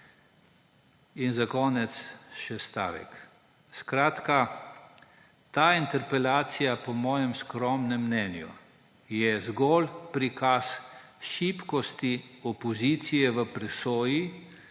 In za konec še stavek. Ta interpelacija po mojem skromnem mnenju je zgolj prikaz šibkosti opozicije v presoji,